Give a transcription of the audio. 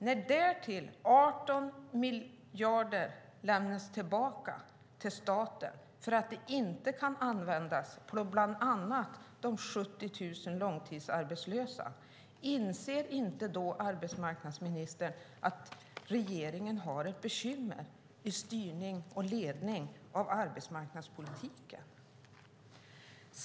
När därtill 18 miljarder lämnas tillbaka till staten för att de inte kan användas för bland annat de 70 000 långtidsarbetslösa, inser inte då arbetsmarknadsministern att regeringen har ett bekymmer med styrning och ledning av arbetsmarknadspolitiken?